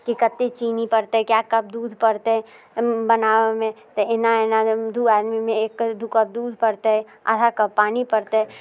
की कते चीनी पड़ते कै कप दूध पड़तै बनाबऽमे तऽ एना एना दू आदमीमे एक कप दू कप दूध पड़तै आधा कप पानि पड़तै